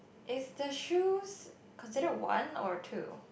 is the shoes considered one or two